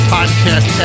Podcast